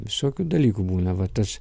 visokių dalykų būna va tas